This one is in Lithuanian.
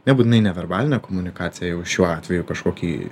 nebūtinai neverbalinę komunikaciją jau šiuo atveju kažkokį